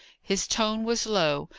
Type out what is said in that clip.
his tone was low,